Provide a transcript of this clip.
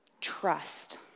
Trust